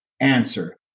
Answer